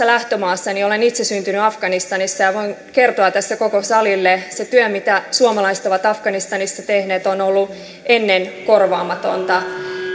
lähtömaastani olen itse syntynyt afganistanissa voin kertoa tässä koko salille että se työ mitä suomalaiset ovat afganistanissa tehneet on ollut korvaamatonta